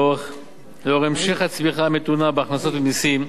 לנוכח המשך הצמיחה המתונה בהכנסות ממסים,